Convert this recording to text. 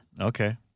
Okay